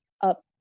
up